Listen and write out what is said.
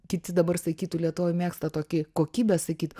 kiti dabar sakytų lietuvoj mėgsta tokį kokybę sakyt